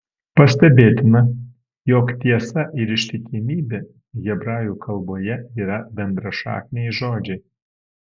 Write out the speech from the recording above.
pastebėtina jog tiesa ir ištikimybė hebrajų kalboje yra bendrašakniai žodžiai